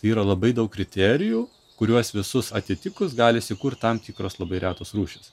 yra labai daug kriterijų kuriuos visus atitikus gali įsikurt tam tikros labai retos rūšys